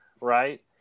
right